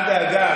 אל דאגה,